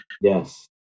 yes